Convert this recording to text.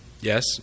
Yes